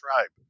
Tribe